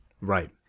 Right